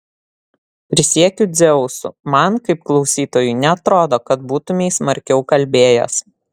prisiekiu dzeusu man kaip klausytojui neatrodo kad būtumei smarkiau kalbėjęs